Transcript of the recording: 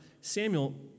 Samuel